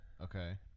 Okay